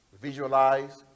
visualize